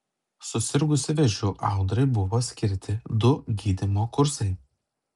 susirgusi vėžiu audrai buvo skirti du gydymo kursai